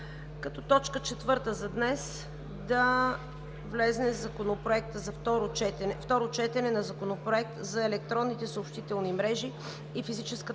като точка четвърта за днес да влезе за второ четене Законопроектът за електронните съобщителни мрежи и физическата